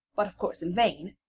but of course in vain,